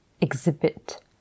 exhibit